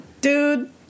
Dude